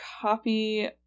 copy